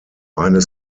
eine